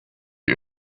has